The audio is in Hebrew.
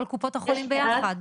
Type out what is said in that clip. כל קופות החולים ביחד.